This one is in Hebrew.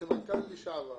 כסמנכ"ל לשעבר,